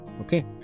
Okay